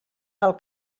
pel